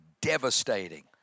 devastating